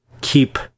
keep